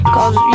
Cause